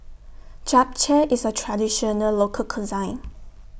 Japchae IS A Traditional Local Cuisine